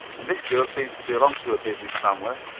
and this girl seems to belong to a business family.